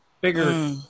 bigger